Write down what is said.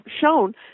shown